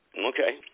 Okay